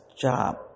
job